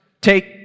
take